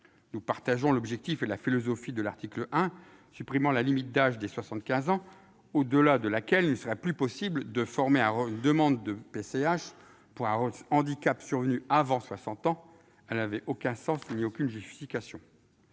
Nous partageons l'objectif et la philosophie de l'article 1, qui supprime la limite d'âge des 75 ans au-delà de laquelle il ne serait plus possible de former une demande de PCH pour un handicap survenu avant 60 ans. Elle n'avait aucun sens ni aucune justification.